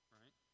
right